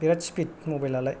बेराथ स्फिद मबाइलालाय